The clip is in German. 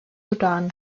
sudan